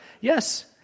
Yes